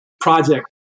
project